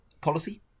policy